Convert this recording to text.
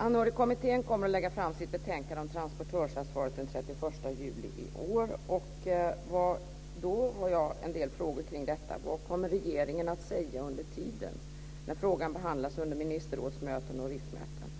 Anhörigkommittén kommer att lägga fram sitt betänkande om transportörsansvaret den 31 juli i år. Jag har en del frågor kring detta. Vad kommer regeringen att säga under tiden när frågan behandlas under ministerrådsmöten och RIF-möten?